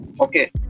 okay